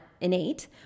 innate